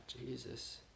Jesus